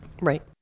Right